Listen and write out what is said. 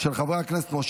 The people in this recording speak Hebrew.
45 מתנגדים.